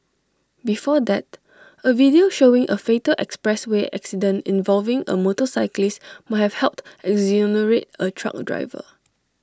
before that A video showing A fatal expressway accident involving A motorcyclist might have helped exonerate A truck driver